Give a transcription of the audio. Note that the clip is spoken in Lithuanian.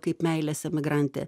kaip meilės emigrantė